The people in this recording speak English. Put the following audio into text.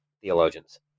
theologians